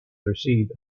received